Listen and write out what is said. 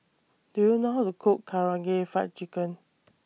Do YOU know How to Cook Karaage Fried Chicken